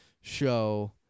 show